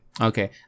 Okay